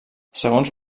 segons